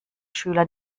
schüler